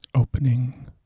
opening